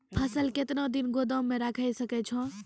फसल केतना दिन गोदाम मे राखै सकै छौ?